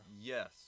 Yes